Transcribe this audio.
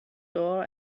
door